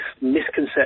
misconception